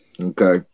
okay